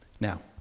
Now